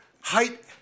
height